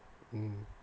mm